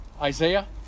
Isaiah